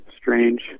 strange